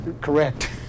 correct